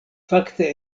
fakte